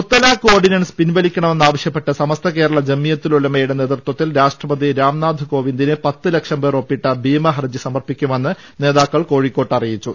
മുത്തലാഖ് ordinance പിൻവലിക്കണമെന്ന് ആവശ്യപ്പെട്ട് സമസ്ത കേരള ജംഇയത്തൂൽ ഉലമയുടെ നേതൃത്വത്തിൽ രാഷ്ട്രപതി രാം നാഥ് കോവിന്ദിന് പത്ത് ലക്ഷം പേർ ഒപ്പിട്ട ഭീമ ഹർജി സമർപ്പിക്കുമെന്ന് നേതാക്കൾ കോഴിക്കോട്ട് അറിയിച്ചു